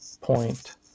point